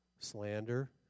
slander